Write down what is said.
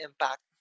impact